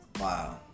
Wow